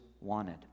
wanted